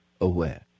aware